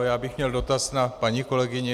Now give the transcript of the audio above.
Já bych měl dotaz na paní kolegyni.